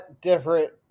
different